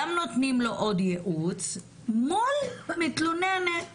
גם נותנים לו עוד ייעוץ מול המתלוננת לבד.